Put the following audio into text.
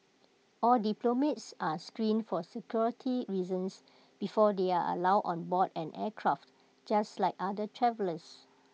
all diplomats are screened for security reasons before they are allowed on board an aircraft just like other travellers